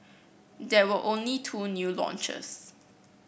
there were only two new launches